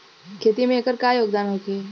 खेती में एकर का योगदान होखे?